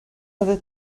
other